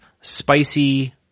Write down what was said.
spicy